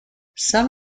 some